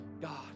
God